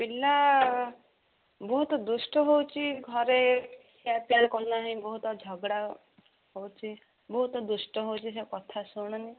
ପିଲା ବହୁତ ଦୁଷ୍ଟ ହେଉଛି ଘରେ ଖିଆ ପିଆ କରୁନାହିିଁ ବହୁତ ଝଗଡ଼ା ହେଉଛି ବହୁତ ଦୁଷ୍ଟ ହେଉଛି ସେ କଥା ଶୁଣନି